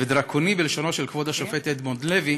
ודרקוני, בלשונו של כבוד השופט אדמונד לוי,